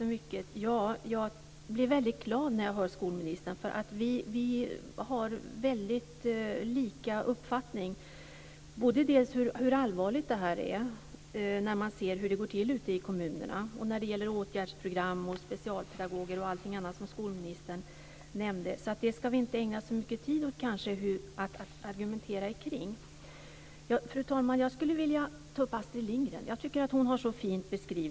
Fru talman! Jag blir glad när jag hör skolministern. Vi har väldigt lika uppfattning när det gäller hur allvarligt det här är - man ser hur det går till ute i kommunerna - och när det gäller åtgärdsprogram, specialpedagoger och allt annat som skolministern nämnde. Därför skall vi kanske inte ägna så mycket tid åt att argumentera kring det. Fru talman! Jag skulle vilja ta upp Astrid Lindgren. Jag tycker att hon har beskrivit barn så fint.